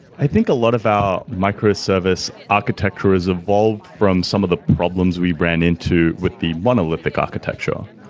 i think a lot of our microservice architecture has evolved from some of the problems we've ran into with the monolithic architecture.